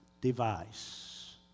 Device